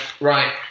Right